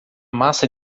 massa